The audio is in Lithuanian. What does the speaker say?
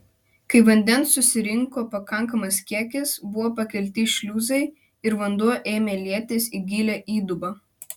kai vandens susirinko pakankamas kiekis buvo pakelti šliuzai ir vanduo ėmė lietis į gilią įdubą